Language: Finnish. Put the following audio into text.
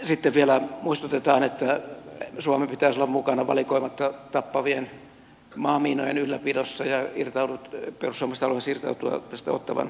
sitten vielä muistutetaan että suomen pitäisi olla mukana valikoimatta tappavien maamiinojen ylläpidossa ja perussuomalaiset haluaisivat irtautua ottawan sopimuksesta